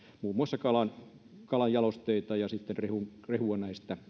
muun muassa kalajalosteita ja rehua